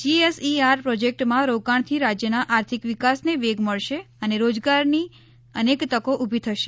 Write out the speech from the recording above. જી SIR પ્રોજેક્ટમાં રોકાણથી રાજ્યના આર્થિક વિકાસને વેગ મળશે અને રોજગારની અનેક તકો ઉભી થશે